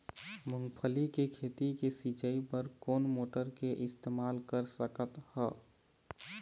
मूंगफली के खेती के सिचाई बर कोन मोटर के इस्तेमाल कर सकत ह?